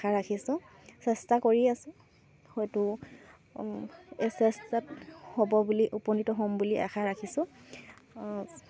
আশা ৰাখিছোঁ চেষ্টা কৰি আছো হয়তো এই চেষ্টাত হ'ব বুলি উপনীত হ'ম বুলি আশা ৰাখিছোঁ